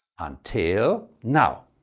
until now!